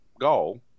goal